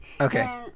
Okay